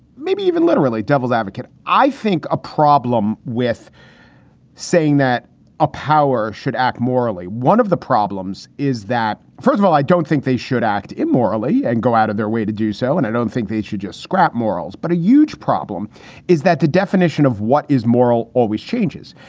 maybe even literally devil's advocate. i think a problem with saying that a power should act morally. one of the problems is that, first of all, i don't think they should act immorally and go out of their way to do so. and i don't think they should just scrap morals. but a huge problem is that the definition of what is moral or changes.